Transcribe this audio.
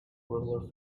rulers